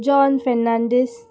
John Fernandes